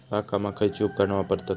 बागकामाक खयची उपकरणा वापरतत?